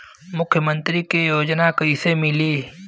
मुख्यमंत्री के योजना कइसे मिली?